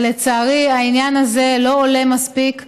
לצערי, העניין הזה לא עולה מספיק לסדר-היום.